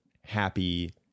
happy